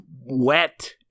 wet